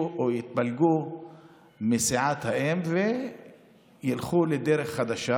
או יתפלגו מסיעת האם וילכו לדרך חדשה.